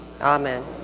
Amen